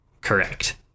Correct